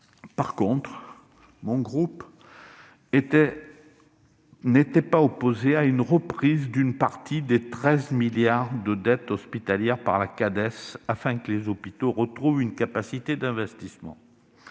revanche, mon groupe n'était pas opposé à une reprise d'une partie des 13 milliards d'euros de dette hospitalière par la Cades, afin que les hôpitaux retrouvent une capacité d'investissement.